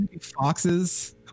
foxes